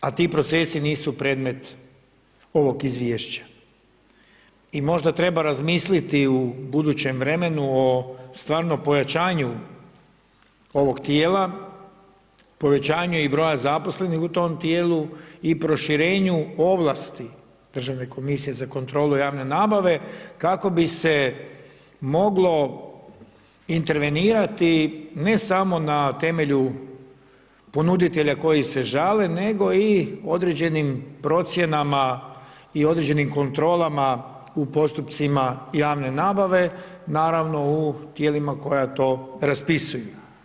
A ti procesi nisu predmet ovog izvješća i možda treba razmisliti u budućem vremenu o stvarnom pojačanju ovog tijela, povećanju i broja zaposlenih u tom tijelu i proširenju ovlasti Državne komisije za kontrolu javne nabave kako bi se moglo intervenirati ne samo na temelju ponuditelja koji se žale nego i određenim procjenama i određenim kontrolama u postupcima javne nabave, naravno u tijelima koja to raspisuju.